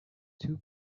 two